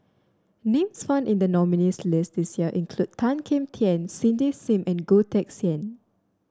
names found in the nominees' list this year include Tan Kim Tian Cindy Sim and Goh Teck Sian